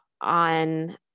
on